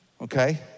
okay